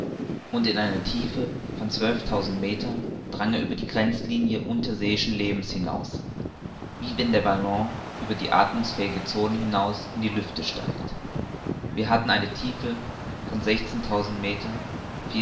und in einer tiefe von zwölftausend meter drang er über die grenzlinie unterseeischen lebens hinaus wie wenn der ballon über die athmungsfähige zone hinaus in die lüfte steigt wir hatten eine tiefe von sechzehntausend meter